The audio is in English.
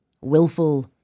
Willful